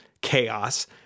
chaos